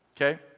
okay